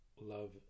love